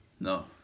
No